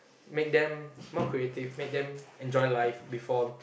make them more creative make them enjoy life before